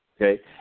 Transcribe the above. Okay